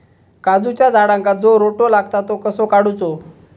काजूच्या झाडांका जो रोटो लागता तो कसो काडुचो?